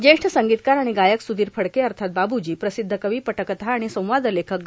ज्येष्ठ संगीतकार आर्गाण गायक सुधीर फडके अथात बाबूजी प्रासध्द कवी पटकथा र्आण संवाद लेखक ग